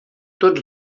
tots